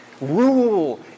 rule